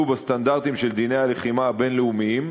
בסטנדרטים של דיני הלחימה הבין-לאומיים,